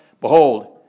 behold